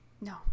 No